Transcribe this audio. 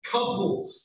Couples